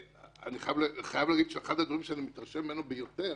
אני חייב להגיד שאחד הדברים שאני מתרשם ממנו ביותר